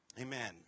Amen